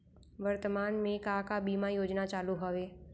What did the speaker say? वर्तमान में का का बीमा योजना चालू हवये